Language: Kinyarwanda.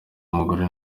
umugore